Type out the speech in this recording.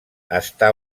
està